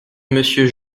monsieur